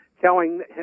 telling